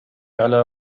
على